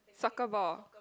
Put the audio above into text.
soccer ball